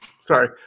Sorry